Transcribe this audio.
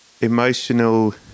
emotional